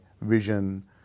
vision